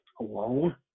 alone